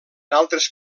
altres